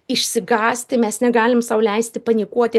išsigąsti mes negalim sau leisti panikuoti